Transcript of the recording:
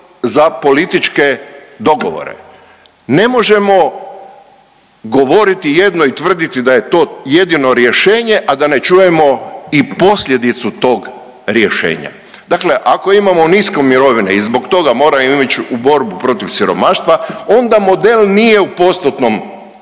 za političke dogovore. Ne možemo govoriti jedno i tvrditi da je to jedino rješenje, a da ne čujemo i posljedicu tog rješenja. Dakle, ako imamo niske mirovine i zbog toga moramo ići u borbu protiv siromaštva onda model nije u postotnom, u